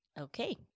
Okay